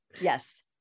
Yes